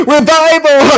Revival